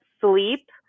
sleep